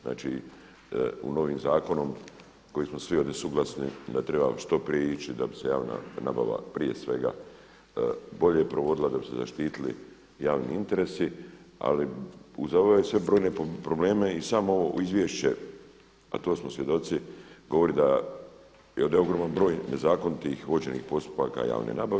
Znači u novom zakonu koji smo svi ovdje suglasni da treba što prije ići da bi se javna nabava prije svega bolje provodila, da bi se zaštitili javni interesi ali uz ove sve brojne probleme i samo ovo izvješće a to smo svjedoci govori da je ovdje ogroman broj nezakonitih vođenih postupaka javna nabave.